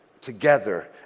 Together